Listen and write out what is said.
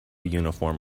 uniform